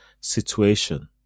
situation